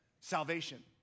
Salvation